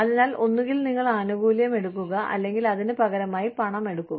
അതിനാൽ ഒന്നുകിൽ നിങ്ങൾ ആനുകൂല്യം എടുക്കുക അല്ലെങ്കിൽ അതിന് പകരമായി പണം എടുക്കുക